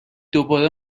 دوباره